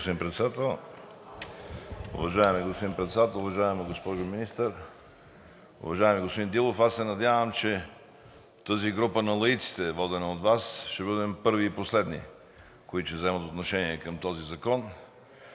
аз се надявам, че от тази група на лаиците, водена от Вас, ще бъдем първи и последни, които ще вземем отношение по този закон.